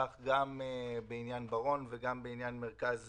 כך גם בעניין בראון וגם בעניין מרכז